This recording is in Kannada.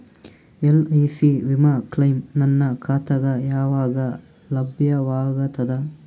ಎಲ್.ಐ.ಸಿ ವಿಮಾ ಕ್ಲೈಮ್ ನನ್ನ ಖಾತಾಗ ಯಾವಾಗ ಲಭ್ಯವಾಗತದ?